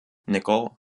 nickel